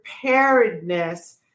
preparedness